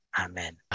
Amen